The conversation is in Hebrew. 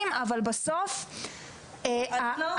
את יודעת